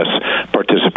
participate